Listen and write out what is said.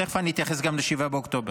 תכף אני אתייחס גם ל-7 באוקטובר.